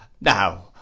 Now